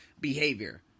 behavior